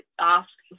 ask